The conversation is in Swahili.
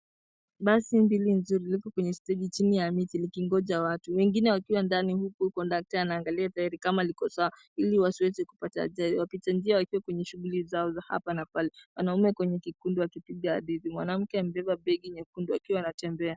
Basi mbili nzuri liko kwenye steji chini ya miti likingoja watu, wengine wakiwa ndani huku kondokta ana angalia gari kama kiko sawa ili wasiweze kupata ajali, waki chenjia wakiwa kwenye shughuli zao za hapa na pale. Wanaume kwenye kikundi waki piga hadithi, mwanamke amebeba begi nyekundu akiwa anatembea.